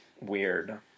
Weird